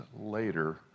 later